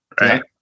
right